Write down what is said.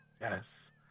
Yes